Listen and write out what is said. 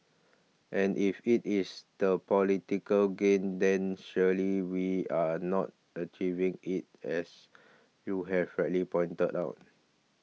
and if it is the political gain then surely we are not achieving it as you have rightly pointed out